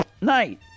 night